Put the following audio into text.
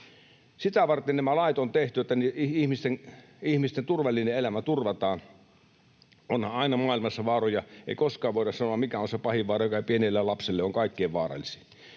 Sitä varten nämä lait on tehty, että ihmisten turvallinen elämä turvataan. Onhan aina maailmassa vaaroja. Ei koskaan voida sanoa, mikä on se pahin vaara, joka pienelle lapselle on kaikkein vaarallisin.